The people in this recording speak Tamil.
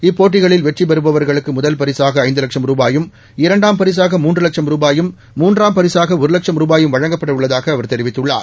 இப்போட்டிகளில் வெற்றிபெறுபவர்களுக்கு முதல் பரிசாக ஐந்து லட்சும் ரூபாயும் இரண்டாம் பரிசாக மூன்று வட்சம் ரூபாயும் மூன்றாம் பரிசாக ஒரு லட்சும் ரூபாயும் வழங்கப்பட உள்ளதாக அவர் தெரிவித்துள்ளார்